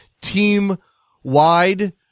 team-wide